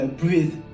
breathe